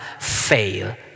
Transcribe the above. fail